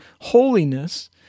holiness